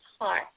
heart